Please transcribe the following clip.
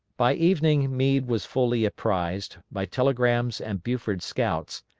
by evening meade was fully apprised, by telegrams and buford's scouts,